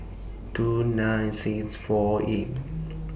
two nine six four eight